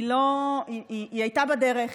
היא הייתה בדרך,